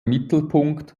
mittelpunkt